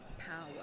power